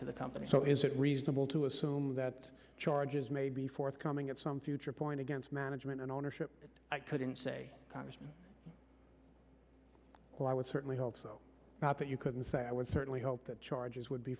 to the company so is it reasonable to assume that charges may be forthcoming at some future point against management and ownership but i couldn't say so i would certainly hope so but you couldn't say i would certainly hope that charges would be